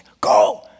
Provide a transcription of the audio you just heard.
go